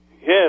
yes